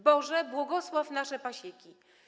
Boże, błogosław nasze pasieki.